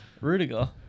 Rudiger